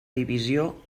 divisió